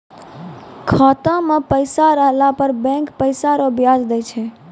खाता मे पैसा रहला पर बैंक पैसा रो ब्याज दैय छै